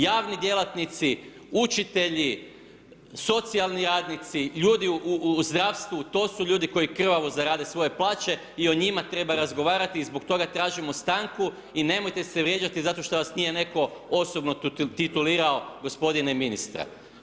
Javni djelatnici, učitelji, socijalni radnici, ljudi u zdravstvu, to su ljudi koji krvavo zarade svoje plaće i o njima treba razgovarati i zbog toga tražimo stanku i nemojte se vrijeđati zato što vas nije netko osobno titulirao gospodine ministre.